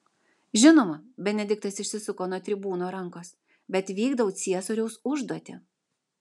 žinoma benediktas išsisuko nuo tribūno rankos bet vykdau ciesoriaus užduotį